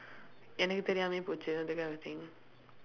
எனக்கு தெரியாமலே போச்சு:enakku theriyaamalee poochsu that kind of thing